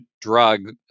drug